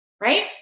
right